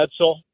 Edsel